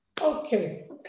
Okay